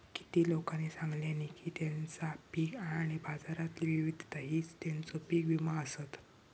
किती लोकांनी सांगल्यानी की तेंचा पीक आणि बाजारातली विविधता हीच तेंचो पीक विमो आसत